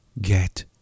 get